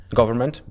government